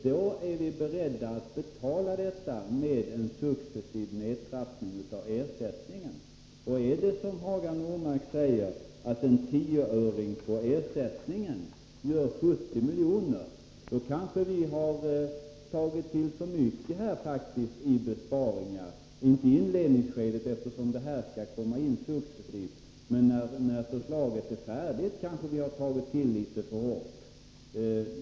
Då är vi beredda att betala detta med en successiv nedtrappning av ersättningen. Och är det som Hagar Normark säger, att en tioöring på ersättningen gör 70 milj.kr., då kanske vi har tagit till för mycket i besparingar — inte i inledningsskedet, eftersom det här skall komma successivt, men när förslaget är färdigt.